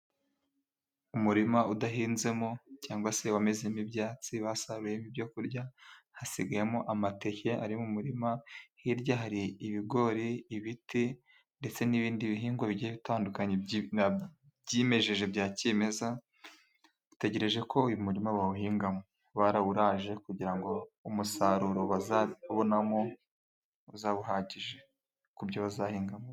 Umurima udahinzemo, cyangwa se wameze ibyatsi, basaruye ibyo kurya hasigayemo amateke ari mu murima, hirya hari ibigori, ibiti ndetse n'ibindi bihingwa bigiye bitandukanye, byimejeje bya kimeza, dutegereje ko uyu murima bawuhingamo, barawuraje kugira ngo umusaruro bazabonamo uzabe uhagije ku byo bazahingamo.